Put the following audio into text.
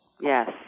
Yes